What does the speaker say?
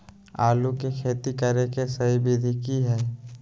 आलू के खेती करें के सही विधि की हय?